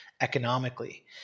economically